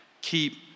keep